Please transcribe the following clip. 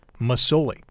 Masoli